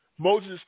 Moses